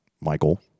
Michael